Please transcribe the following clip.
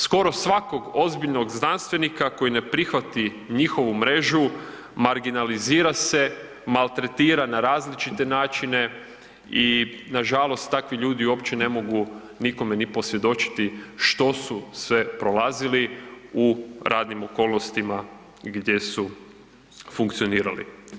Skoro svakog ozbiljnog znanstvenika koji ne prihvati njihovu mrežu marginalizira se, maltretira na različite načine i nažalost, takvi ljudi uopće ne mogu nikome ni posvjedočiti što su sve prolazili u radnim okolnostima gdje su funkcionirali.